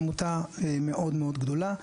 עמותה מאוד מאוד גדולה.